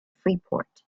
freeport